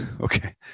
okay